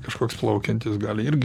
kažkoks plaukiantis gali irgi